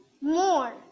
more